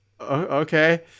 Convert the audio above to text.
Okay